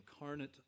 incarnate